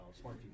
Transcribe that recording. Smart